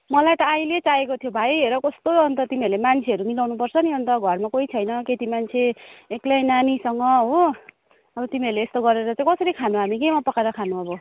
मलाई त अहिले चाहिएको थियो भाइ हेर कस्तो अन्त तिमीहरूले मान्छेहरू मिलाउनु पर्छ नि अन्त घरमा कोही छैन केटी मान्छे एक्लै नानीसँग हो अब तिमीहरूले यस्तो गरेर चाहिँ कसरी खानु हामी केमा पकाएर खानु अब